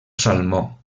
salmó